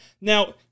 Now